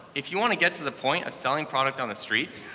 if you want to get to the point of selling product on the streets,